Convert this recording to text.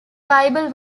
bible